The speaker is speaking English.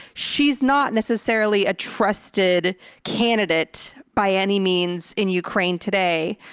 she's not necessarily a trusted candidate by any means in ukraine today.